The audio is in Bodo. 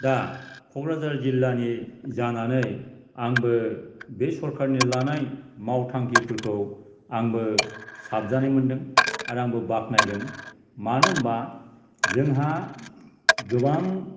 दा क'क्राझार जिल्लानि जानानै आंबो बे सरकारनि लानाय मावथांखिफोरखौ आंबो साबजानाय मोन्दों आरो आंबो बाखनायदों मानो होनबा जोंहा गोबां